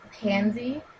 Pansy